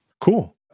Cool